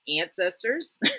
ancestors